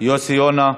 יוסי יונה,